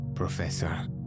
Professor